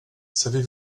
savez